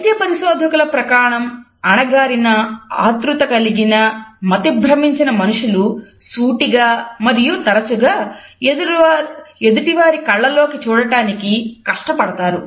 వైద్య పరిశోధకుల ప్రకారం అణగారిన ఆత్రుత కలిగిన మతిభ్రమించిన మనుషులు సూటిగా మరియు తరచుగా ఎదుటివారి కళ్ళల్లోకి చూడటానికి కష్టపడతారు